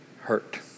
hurt